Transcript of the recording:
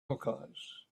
hookahs